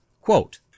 Quote